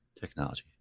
technology